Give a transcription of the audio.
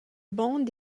banc